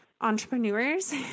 entrepreneurs